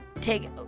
take